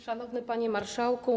Szanowny Panie Marszałku!